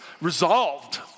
resolved